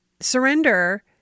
surrender